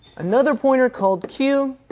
another pointer called q